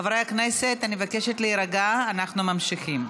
חברי הכנסת, אני מבקשת להירגע, אנחנו ממשיכים.